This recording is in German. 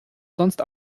sonst